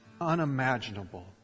unimaginable